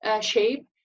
shape